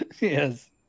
Yes